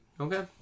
Okay